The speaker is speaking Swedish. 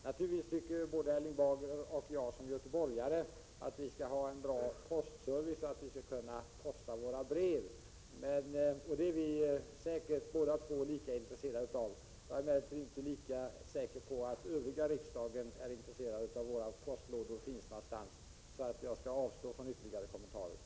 Naturligtvis tycker Erling Bager och jag som göteborgare att vi skall ha en god postservice och att vi skall kunna posta våra brev; det är vi säkert båda två lika intresserade av. Jag är emellertid inte lika säker på att övriga riksdagsledamöter är intresserade av var våra postlådor finns någonstans. Jag skall därför avstå från ytterligare kommentarer.